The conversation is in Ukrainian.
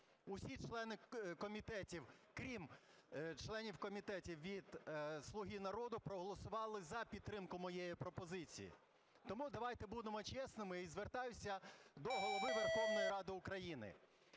усі члени комітету, крім членів комітету від "Слуги народу", проголосували за підтримку моєї пропозиції. Тому давайте будемо чесними, і звертаюся до Голови Верховної Ради України: